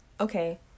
okay